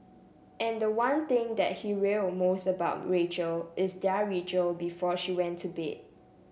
and the one thing that he will most about Rachel is their ritual before she went to bed